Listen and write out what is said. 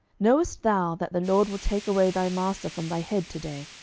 knowest thou that the lord will take away thy master from thy head to day?